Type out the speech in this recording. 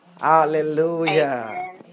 Hallelujah